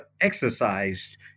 exercised